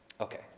Okay